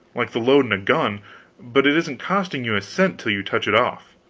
like the load in a gun but it isn't costing you a cent till you touch it off.